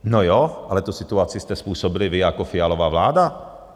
No jo, ale tu situaci jste způsobili vy jako Fialova vláda.